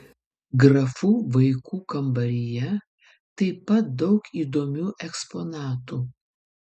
grafų vaikų kambaryje taip pat daug įdomių eksponatų